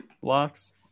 blocks